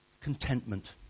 contentment